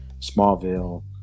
Smallville